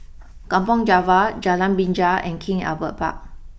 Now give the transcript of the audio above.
Kampong Java Jalan Binja and King Albert Park